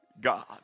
God